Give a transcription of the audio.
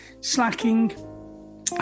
Slacking